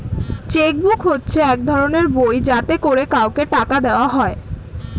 check book হচ্ছে এক ধরনের বই যাতে করে কাউকে টাকা দেওয়া হয়